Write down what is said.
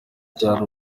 cyane